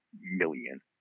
million